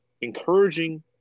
encouraging